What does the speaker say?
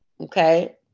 okay